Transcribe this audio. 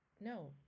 No